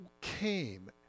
came